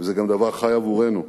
וזה גם דבר חי עבורנו.